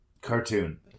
Cartoon